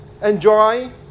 Enjoy